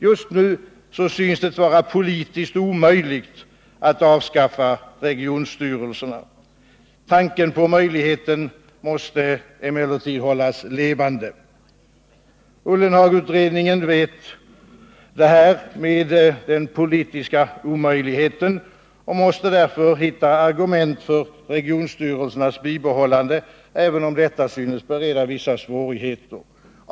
Just nu synes det vara politiskt omöjligt att avskaffa regionstyrelserna. Tanken på möjligheten måste emellertid hållas levande. Ullenhagutredningen känner till den politiska omöjligheten och måste därför hitta argument för regionstyrelsernas bibehållande, även om detta synes bereda vissa svårigheter.